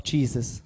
Jesus